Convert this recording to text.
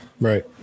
Right